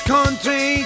Country